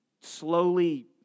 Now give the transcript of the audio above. slowly